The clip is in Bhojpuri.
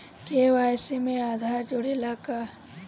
के.वाइ.सी में आधार जुड़े ला का?